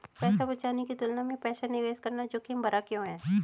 पैसा बचाने की तुलना में पैसा निवेश करना जोखिम भरा क्यों है?